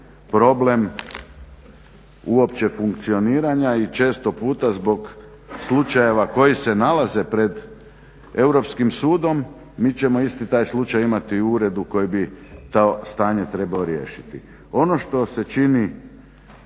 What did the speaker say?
problem uopće funkcioniranja i često puta zbog slučajeva koji se nalaze pred Europskim sudom, mi ćemo taj isti slučaj ima u uredu koje bi to stanje trebao riješiti. Ono što se čini